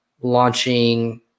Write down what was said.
launching